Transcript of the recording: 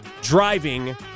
driving